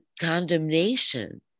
condemnation